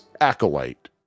acolyte